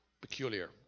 peculiar